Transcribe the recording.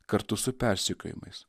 kartu su persekiojimais